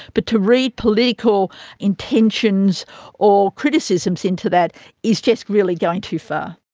but to read political intentions or criticisms into that is just really going too far.